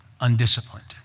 undisciplined